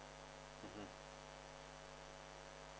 mmhmm